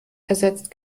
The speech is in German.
ersetzt